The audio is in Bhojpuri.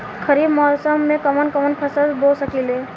खरिफ मौसम में कवन कवन फसल बो सकि ले?